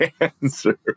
answer